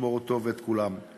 שישמור אותו ואת כולם.